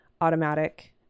automatic